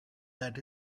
that